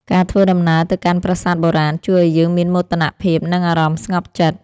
ការធ្វើដំណើរទៅកាន់ប្រាសាទបុរាណ ជួយឱ្យយើងមានមោទនភាព និងអារម្មណ៍ស្ងប់ចិត្ត។